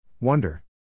Wonder